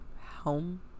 home